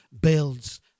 builds